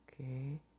Okay